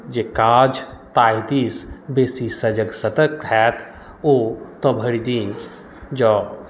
जे काज ताहि दिस बेसी सजग सतर्क होयत ओ तऽ भरि दिन जऽ